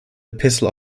epistle